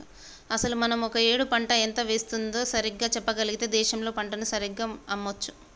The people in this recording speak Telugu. అసలు మనం ఒక ఏడు పంట ఎంత వేస్తుందో సరిగ్గా చెప్పగలిగితే దేశంలో పంటను సరిగ్గా అమ్మొచ్చు